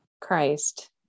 Christ